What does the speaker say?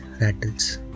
rattles